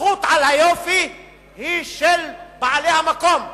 הזכות על היופי היא של בעלי המקום,